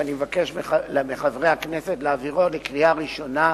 ואני מבקש מחברי הכנסת להעבירו בקריאה ראשונה,